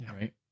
Right